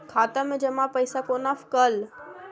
खाता मैं जमा पैसा कोना कल